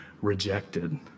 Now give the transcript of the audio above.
rejected